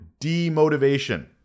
Demotivation